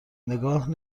نگاه